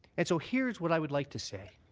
and so here's what i would like to say